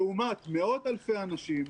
לעומת מאות אלפי אנשים,